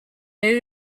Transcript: new